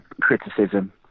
criticism